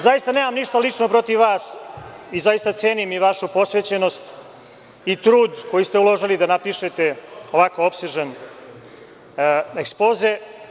Zaista nemam ništa lično protiv vas i zaista cenim vašu posvećenost i trud koji ste uložili da napišete ovako opsežan ekspoze.